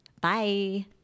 Bye